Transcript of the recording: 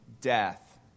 death